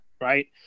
right